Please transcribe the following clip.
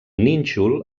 nínxol